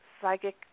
psychic